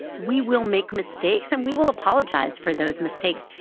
we will make mistakes, and we will apologize for those mistakes.